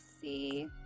See